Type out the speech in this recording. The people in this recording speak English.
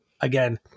again